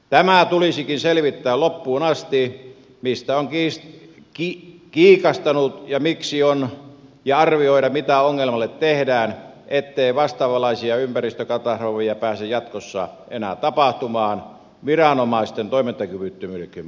tämä tulisikin selvittää loppuun asti mistä on mies kiitti hyvästä ja miksi kiikastanut ja arvioida mitä ongelmalle tehdään ettei vastaavanlaisia ympäristökatastrofeja pääse jatkossa enää tapahtumaan viranomaisten toimintakyvyttömyydenkin vuoksi